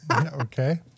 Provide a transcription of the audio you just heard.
Okay